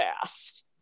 fast